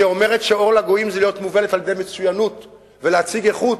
שאומרת שאור לגויים זה אומר להיות מובלת על-ידי מצוינות ולהציג איכות,